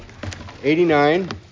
89